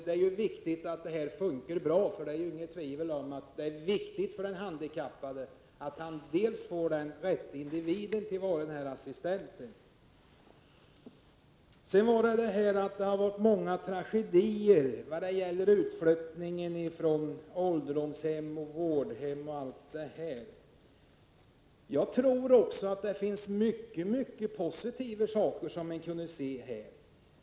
Det är ju viktigt att det fungerar bra, för det råder ju inget tvivel om att det är viktigt för den handikappade att han får rätt individ som assistent. Beträffande att det har varit många tragedier i samband med utflyttning från ålderdomshem och vårdhem: Jag tror att det också finns mycket positivt som man kan se här.